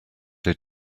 they